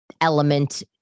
element